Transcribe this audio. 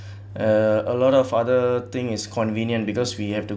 uh a lot of other thing is convenient because we have to